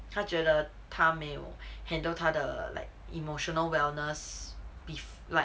他觉得他没有 handle 他的 like emotional wellness bef~ like